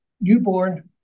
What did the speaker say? newborn